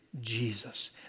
Jesus